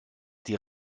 die